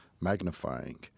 magnifying